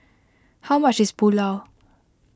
how much is Pulao